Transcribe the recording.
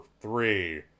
three